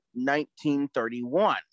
1931